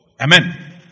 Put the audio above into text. Amen